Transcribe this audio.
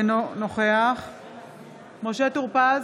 אינו נוכח משה טור פז,